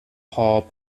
paul